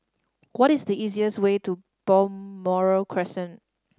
what is the easiest way to Balmoral Crescent